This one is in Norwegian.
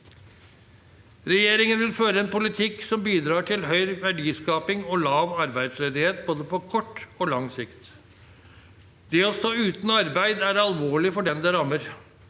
Regjeringen vil føre en politikk som bidrar til høy verdiskaping og lav arbeidsledighet både på kort og på lang sikt. Det å stå uten arbeid er alvorlig for den det rammer.